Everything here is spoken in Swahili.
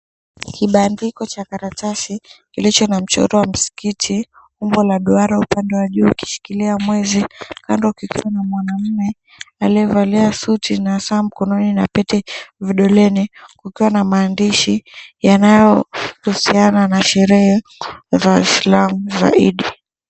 Kibandiko cha karatasi kilicho na mchoro wa msikiti, umbo la duara upande wa juu ukishikilia mwezi. Kando kukiwa na mwanaume aliyevalia suti na saa mkononi na pete vidoleni, kukiwa na maandishi yanayohusiana na sherehe za waislamu za Id.